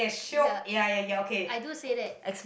ya i do say that